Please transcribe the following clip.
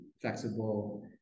flexible